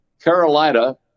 Carolina